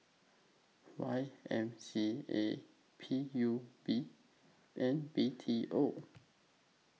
Y M C A P U B and B T O